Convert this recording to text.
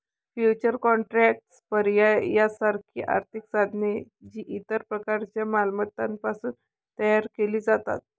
futures contracts, पर्याय यासारखी आर्थिक साधने, जी इतर प्रकारच्या मालमत्तांपासून तयार केली जातात